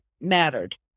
mattered